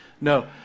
No